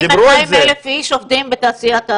למעלה מ-200,000 איש עובדים בתעשיית אירועי התרבות.